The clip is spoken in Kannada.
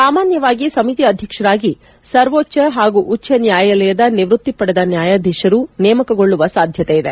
ಸಾಮಾನ್ಯವಾಗಿ ಸಮಿತಿ ಅಧ್ಯಕ್ಷರಾಗಿ ಸರ್ವೋಚ್ಚ ಅಥವಾ ಉಚ್ಚ ನ್ಯಾಯಾಲಯದ ನಿವೃತ್ತಿ ಪಡೆದ ನ್ವಾಯಾಧೀಶರು ನೇಮಕಗೊಳ್ಳುವ ಸಾಧ್ವತೆ ಇದೆ